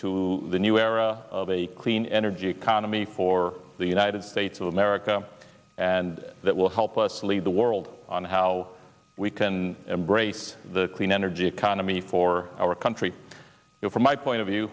to the new era of a clean energy economy for the united states of america and that will help us lead the world on how we can embrace the clean energy economy for our country from my point of view